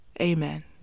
Amen